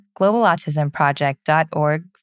globalautismproject.org